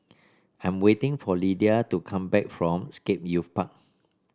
I am waiting for Lyda to come back from Scape Youth Park